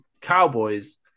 Cowboys